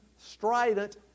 Strident